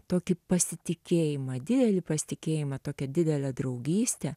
tokį pasitikėjimą didelį pasitikėjimą tokią didelę draugystę